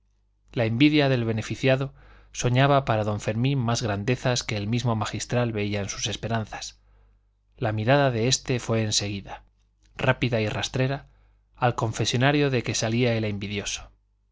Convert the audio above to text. la envidia del beneficiado soñaba para don fermín más grandezas que el mismo magistral veía en sus esperanzas la mirada de este fue en seguida rápida y rastrera al confesonario de que salía el envidioso